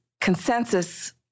consensus